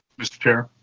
mr. chair.